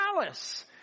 palace